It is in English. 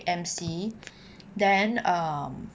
M_C then um